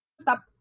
stop